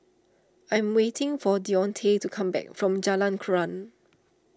I'm waiting for Deontae to come back from Jalan Krian